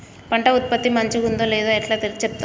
పంట ఉత్పత్తి మంచిగుందో లేదో ఎట్లా చెప్తవ్?